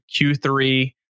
Q3